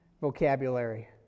vocabulary